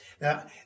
Now